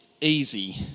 easy